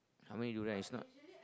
how many durians it's not